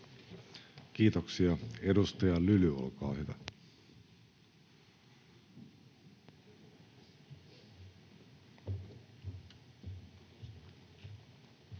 Kiitoksia. — Edustaja Lyly, olkaa hyvä.